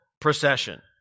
procession